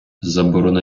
заборона